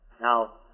Now